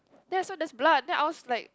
then I saw there's blood then I was like